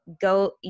go